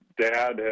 dad